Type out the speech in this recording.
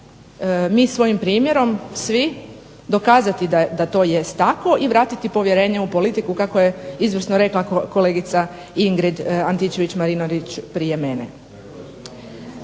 mi svojim primjerom svi dokazati da to jest tako i vratiti povjerenje u politiku kako je izvrsno rekla kolegica Ingrid Antičević-Marinović prije mene.